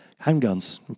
Handguns